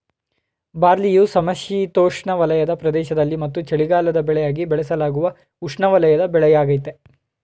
ಬಾರ್ಲಿಯು ಸಮಶೀತೋಷ್ಣವಲಯದ ಪ್ರದೇಶದಲ್ಲಿ ಮತ್ತು ಚಳಿಗಾಲದ ಬೆಳೆಯಾಗಿ ಬೆಳೆಸಲಾಗುವ ಉಷ್ಣವಲಯದ ಬೆಳೆಯಾಗಯ್ತೆ